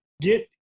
get